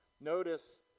notice